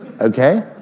okay